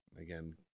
Again